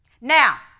now